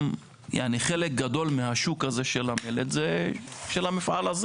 יש להם גם חלק גדול מהשוק הזה של המלט זה של המפעל הזה